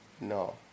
No